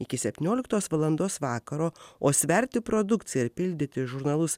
iki septynioliktos valandos vakaro o sverti produkciją ar pildyti žurnalus